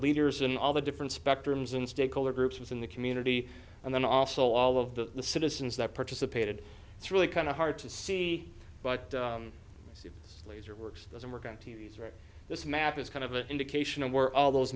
leaders in all the different spectrums and stakeholder groups within the community and then also all of the citizens that participated it's really kind of hard to see but laser works doesn't work on t v right this map is kind of an indication of where all those